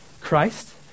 Christ